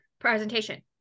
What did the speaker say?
presentation